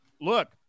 look